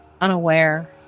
unaware